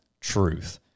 truth